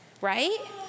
right